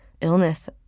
illness